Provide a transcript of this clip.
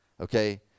okay